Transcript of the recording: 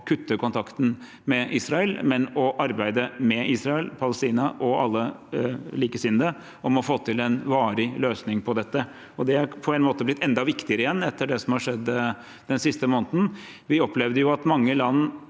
å kutte kontakten med Israel, men ved å arbeide med Israel, Palestina og alle likesinnede om å få til en varig løsning på dette. Det har på en måte blitt enda viktigere etter det som har skjedd den siste måneden. Vi opplevde at mange land